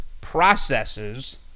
processes